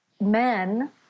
Men